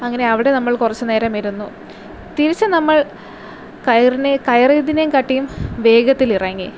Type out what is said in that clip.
അങ്ങനെ അവിടെ നമ്മൾ കുറച്ചു നേരം ഇരുന്നു തിരിച്ച് നമ്മൾ കയറിനെ കയറിയതിനെ കാട്ടിയും വേഗത്തിൽ ഇറങ്ങി